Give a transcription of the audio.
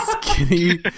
skinny